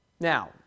Now